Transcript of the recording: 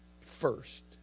first